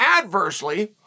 adversely